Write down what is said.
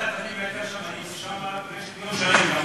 היינו שם יום שלם.